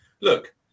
Look